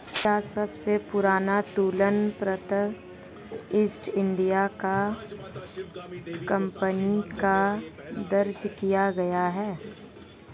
क्या सबसे पुराना तुलन पत्र ईस्ट इंडिया कंपनी का दर्ज किया गया है?